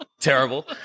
Terrible